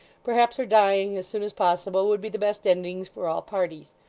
perhaps her dying as soon as possible would be the best endings for all parties.